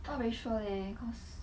not very sure leh cause